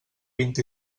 vint